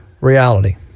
Reality